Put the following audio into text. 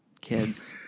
kids